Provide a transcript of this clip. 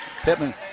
Pittman